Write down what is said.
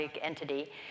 entity